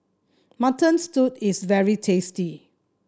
Mutton Stew is very tasty